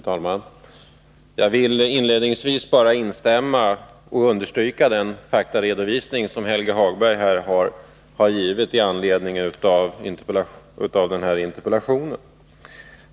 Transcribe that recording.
Fru talman! Jag vill inledningsvis instämma vad gäller den faktaredovisning som Helge Hagberg här har givit med anledning av interpellationen och understryka dessa synpunkter.